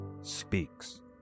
speaks